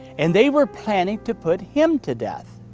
and they were planning to put him to death.